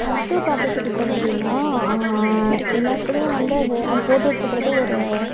மருத்துவ காப்பீட்டுத்திட்டம் அப்படினா எல்லாருக்குமே வந்து அது அது போட்டு வச்சிக்கிறது ஒரு